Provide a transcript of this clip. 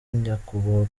nyakubahwa